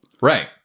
right